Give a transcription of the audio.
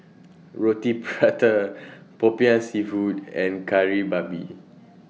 Roti Prata Popiah Seafood and Kari Babi